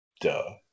Duh